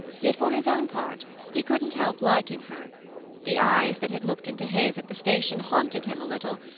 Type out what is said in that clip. yet, for his own part, he couldn't help liking her the eyes that had looked into his at the station haunted him a little,